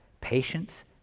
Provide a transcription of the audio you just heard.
patience